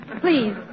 Please